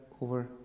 over